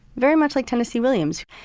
very much like tennessee williams.